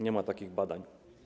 Nie ma takich badań.